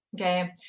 Okay